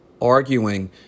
arguing